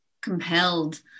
compelled